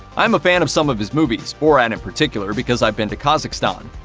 i am a fan of some of his movies, borat in particular, because i've been to kazakhstan.